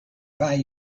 buy